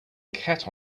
cat